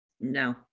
no